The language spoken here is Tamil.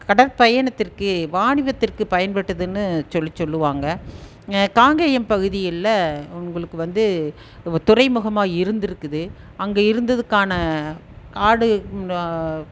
கடற்பயணத்திற்கு வாணிபத்திற்கு பயன்பட்டதுன்னு சொல்லி சொல்லுவாங்க காங்கேயம் பகுதியில் உங்களுக்கு வந்து துறைமுகமாக இருந்திருக்குது அங்கே இருந்ததுக்கான காடு